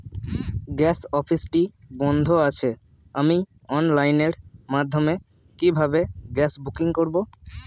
Gas অফিসটি বন্ধ আছে আমি অনলাইনের মাধ্যমে কিভাবে গ্যাস বুকিং করব?